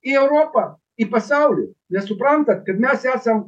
į europą į pasaulį nesuprantat kad mes esam